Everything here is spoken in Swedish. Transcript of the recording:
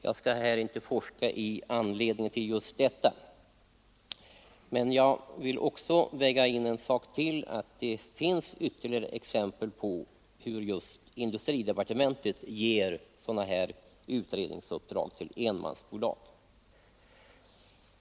Jag skall här inte söka efterforska anledningen till just detta, men jag vill väga in en sak till i bedömningen av ärendet, nämligen att det finns ytterligare exempel på hur just industridepartementet har gett sådana utredningsuppdrag till enmansbolag.